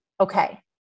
Okay